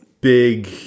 big